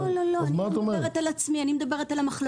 אני לא מדברת על עצמי, אני מדברת כרגע על המחלבות.